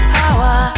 power